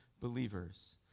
believers